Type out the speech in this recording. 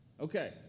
Okay